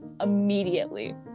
immediately